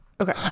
Okay